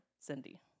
Cindy